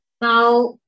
Now